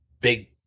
big